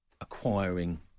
acquiring